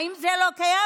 האם זה לא קיים?